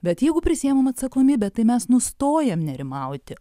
bet jeigu prisiemam atsakomybę tai mes nustojam nerimauti